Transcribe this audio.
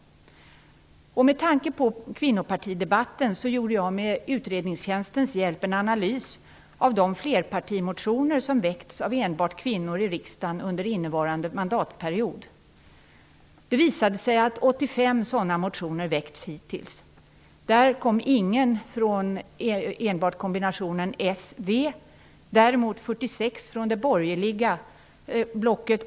Med tanke på kvinnopartidebatten gjorde jag med utredningstjänstens hjälp en analys av de flerpartimotioner av enbart kvinnor som väckts i riksdagen under innevarande mandatperiod. Det visade sig att 85 sådana motioner väckts hittills. Där kom ingen från enbart kombinationen s och v. Däremot kom 46 från det borgerliga blocket.